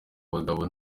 bagabo